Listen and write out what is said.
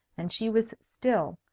and she was still,